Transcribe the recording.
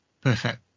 perfect